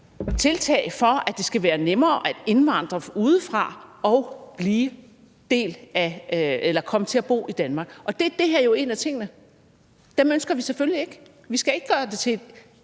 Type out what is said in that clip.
tiltag, for at det skal være nemmere at indvandre udefra og komme til at bo i Danmark, og det her er jo en af tingene. Dem ønsker vi selvfølgelig ikke. Vi skal ikke gøre det til